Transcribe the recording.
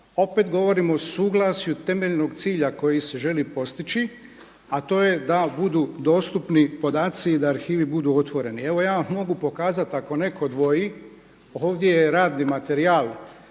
opet govorimo o suglasju temeljnog cilja koji se želi postići, a to je da budu dostupni podaci i da arhivi budu otvoreni. Evo ja vam mogu pokazati ako neko dvoji, ovdje je radni materijal